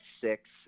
six